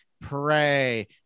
pray